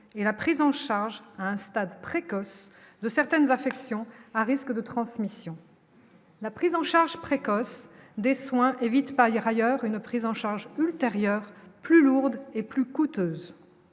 et la prise en charge à un stade précoce de certaines affections à risque de transmission. La prise en charge précoce des soins évite par ailleurs ailleurs une prise en charge ultérieure plus lourde et plus coûteuses